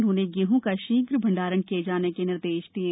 उन्होंने गेहूं का शीघ्र भण्डारण किये जाने के निर्देश दिये